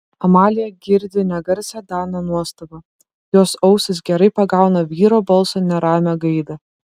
amalija girdi negarsią dano nuostabą jos ausis gerai pagauna vyro balso neramią gaidą